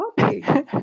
okay